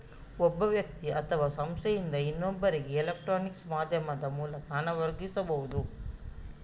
ಒಬ್ಬ ವ್ಯಕ್ತಿ ಅಥವಾ ಸಂಸ್ಥೆಯಿಂದ ಇನ್ನೊಬ್ಬರಿಗೆ ಎಲೆಕ್ಟ್ರಾನಿಕ್ ಮಾಧ್ಯಮದ ಮೂಲಕ ಹಣ ವರ್ಗಾಯಿಸುದು